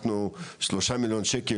שלושה מיליון שקל,